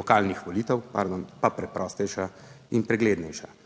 lokalnih volitev, pardon pa preprostejša in preglednejša,